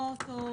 סמכות?